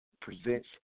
presents